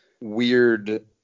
weird